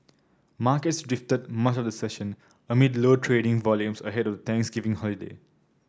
markets drifted much of the session amid low trading volumes ahead of Thanksgiving holiday